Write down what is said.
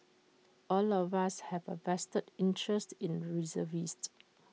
all of us have A vested interest in reservist